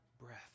breath